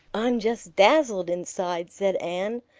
i'm just dazzled inside, said anne.